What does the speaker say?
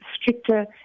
stricter